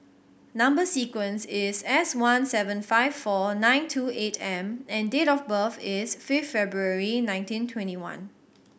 number sequence is S one seven five four nine two eight M and date of birth is fifth February nineteen twenty one